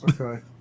Okay